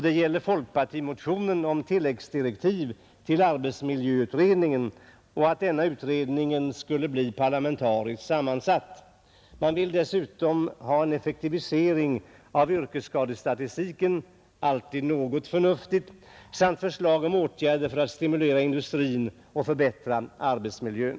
Det gäller folkpartimotionen om tilläggsdirektiv till arbetsmiljöutredningen och förslaget att denna utredning skulle bli parlamentariskt sammansatt. Man vill dessutom ha en effektivisering av yrkesskadestatistiken — alltid något förnuftigt! — samt förslag om åtgärder för att stimulera industrin att förbättra arbetsmiljön.